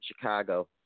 Chicago